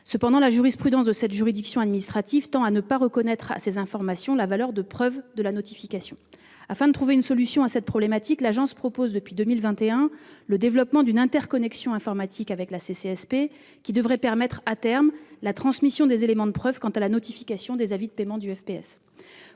Toutefois, la jurisprudence de cette juridiction administrative tend à ne pas reconnaître à ces informations la valeur de preuve de la notification. Afin de trouver une solution à ce problème, l'Agence développe, depuis 2021, une interconnexion informatique avec la CCSP qui devrait permettre, à terme, la transmission des éléments de preuve quant à la notification des avis de paiement de FPS.